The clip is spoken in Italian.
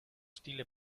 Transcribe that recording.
stile